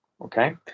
Okay